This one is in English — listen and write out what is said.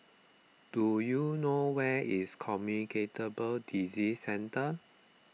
do you know where is Communicable Disease Centre